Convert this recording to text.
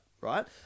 right